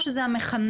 או שזה המחנך,